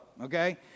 Okay